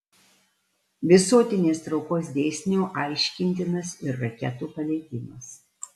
visuotinės traukos dėsniu aiškintinas ir raketų paleidimas